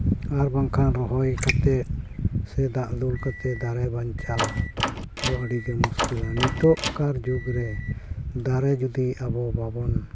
ᱟᱨ ᱵᱟᱝᱠᱷᱟᱱ ᱨᱚᱦᱚᱭ ᱠᱟᱛᱮᱫ ᱥᱮ ᱫᱟᱜ ᱫᱩᱞ ᱠᱟᱛᱮ ᱫᱟᱨᱮ ᱵᱟᱧᱪᱟᱣ ᱫᱚ ᱟᱹᱰᱤ ᱜᱮ ᱢᱩᱥᱠᱤᱞᱟ ᱱᱤᱛᱚᱜ ᱠᱟᱨ ᱡᱩᱜᱽ ᱨᱮ ᱫᱟᱨᱮ ᱡᱩᱫᱤ ᱟᱵᱚ ᱵᱟᱵᱚᱱ